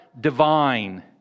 divine